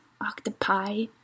octopi